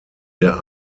der